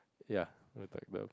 ya